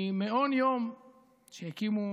ממעון יום שהקימו